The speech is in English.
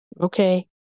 okay